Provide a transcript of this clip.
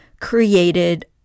created